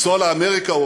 לנסוע לאמריקה,